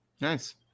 Nice